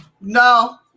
no